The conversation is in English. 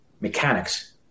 mechanics